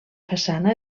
façana